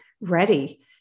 ready